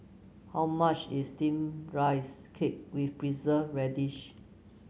how much is steamed Rice Cake with Preserved Radish